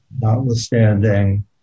notwithstanding